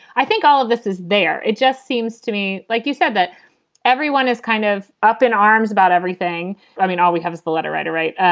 i think all of this is there. it just seems to me, like you said, that everyone is kind of up in arms about everything i mean, all we have is the letter, right? right.